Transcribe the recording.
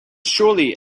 surely